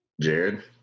jared